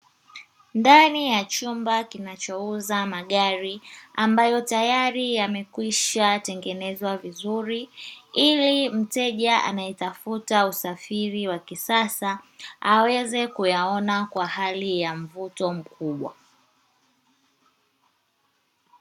Ndani ya chumba kinachouza magari ambayo tayari yamekwisha tengenezwa vizuri, ili mteja anaetafuta usafiri wa kisasa aweze kuyaona kwa hali ya mvuto mkubwa.